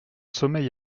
sommeil